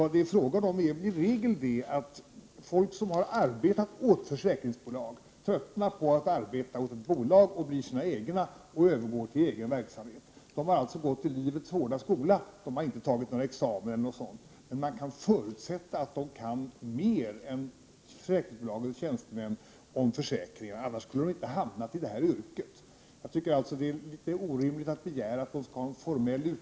Det är i regel så, att folk som har arbetat åt ett försäkringsbolag tröttnar på att arbeta hos ett bolag och övergår till egen verksamhet. De har alltså gått i livets hårda skola; de har inte tagit någon examen. Men man kan förutsätta att de kan mer än försäkringsbolagens tjänstemän om försäkringar — annars skulle de inte ha hamnat i det här yrket. | Jag tycker alltså att det är litet orimligt att begära att de skall ha en formell — Prot.